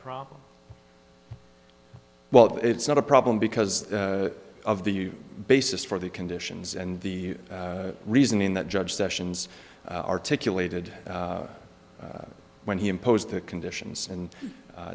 problem well it's not a problem because of the basis for the conditions and the reasoning that judge sessions articulated when he imposed the conditions and